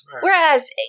Whereas